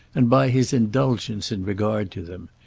and by his indulgence in regard to them.